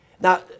Now